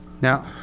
Now